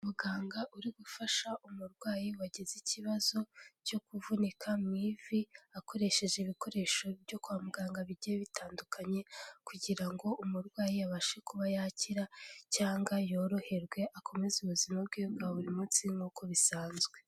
Muganga uri gufasha umurwayi wagize ikibazo cyo kuvunika mu ivi akoresheje ibikoresho byo kwa muganga bigiye bitandukanye, kugira ngo umurwayi abashe kuba yakira cyangwa yoroherwe akomeze ubuzima bwe bwa buri munsi nkuko bisanzwe.